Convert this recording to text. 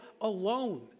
alone